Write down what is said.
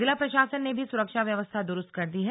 जिला प्रशासन ने भी सुरक्षा व्यवस्था द्रुस्त कर दी है